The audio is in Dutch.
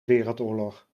wereldoorlog